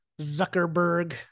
Zuckerberg